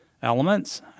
Elements